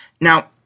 Now